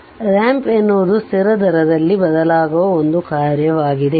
ಆದ್ದರಿಂದ ರಾಂಪ್ ಎನ್ನುವುದು ಸ್ಥಿರ ದರದಲ್ಲಿ ಬದಲಾಗುವ ಒಂದು ಕಾರ್ಯವಾಗಿದೆ